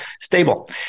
stable